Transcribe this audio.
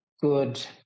good